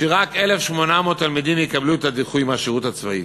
שרק 1,800 יקבלו את הדיחוי מהשירות הצבאי.